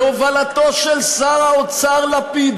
בהובלתו של שר האוצר לפיד,